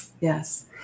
Yes